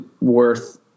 worth